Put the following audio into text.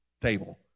table